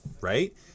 right